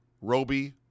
Roby